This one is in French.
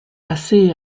assez